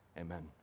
Amen